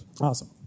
Awesome